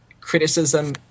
criticism